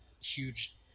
huge